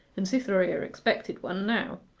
and cytherea expected one now.